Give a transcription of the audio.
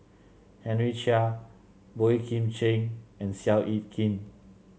Henry Chia Boey Kim Cheng and Seow Yit Kin